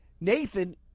Nathan